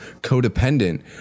codependent